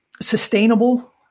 sustainable